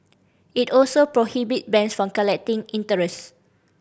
it also prohibit banks from collecting interest